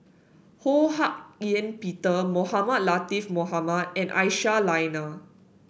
Ho Hak Ean Peter Mohamed Latiff Mohamed and Aisyah Lyana